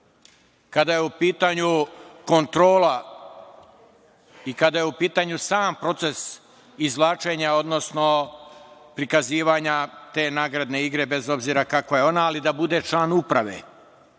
kada je u pitanju kontrola i kada je u pitanju sam proces izvlačenja, odnosno prikazivanja te nagradne igre, bez obzira kakva je ona, ali da bude član uprave.